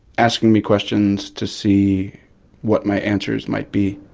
asking me questions to see what my answers might be.